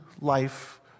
life